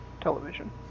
television